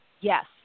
yes